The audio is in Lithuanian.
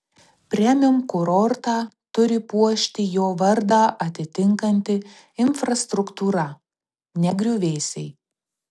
premium kurortą turi puošti jo vardą atitinkanti infrastruktūra ne griuvėsiai